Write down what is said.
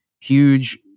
huge